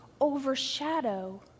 overshadow